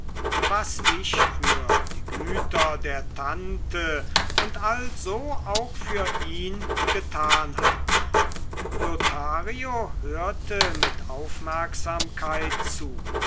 was ich für die güter der tante und also auch für ihn getan hatte lothario hörte mit aufmerksamkeit zu